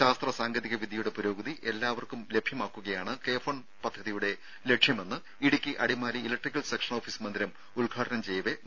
ശാസ്ത്ര സാങ്കേതിക വിദ്യയുടെ പുരോഗതി എല്ലാവർക്കും ലഭ്യമാക്കുകയാണ് കെ ഫോൺ പദ്ധതിയുടെ ലക്ഷ്യമെന്ന് Idukki Adimali electrical section office മന്ദിരം ഉദ്ഘാടനം ചെയ്യവേ മന്ത്രി പറഞ്ഞു